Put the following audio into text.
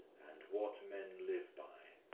and what men live by.